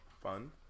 Fun